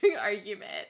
argument